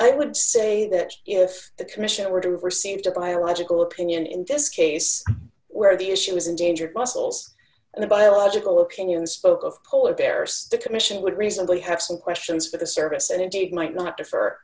i would say that if the commission were to received a biological opinion in this case where the issue was endangered muscles and the biological opinion spoke of polar bears the commission would reasonably have some questions for the service and indeed might not